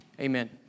Amen